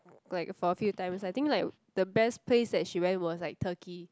like for a few times I think like the best place that she went was like Turkey